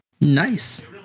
Nice